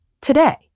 today